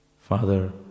father